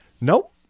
Nope